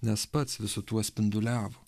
nes pats visu tuo spinduliavo